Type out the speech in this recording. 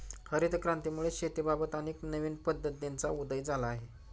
हरित क्रांतीमुळे शेतीबाबत अनेक नवीन पद्धतींचा उदय झाला आहे